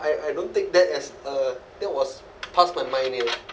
I I don't take that as a that was passed my mind eh